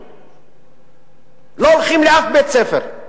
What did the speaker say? לא הולכים לאף בית-ספר?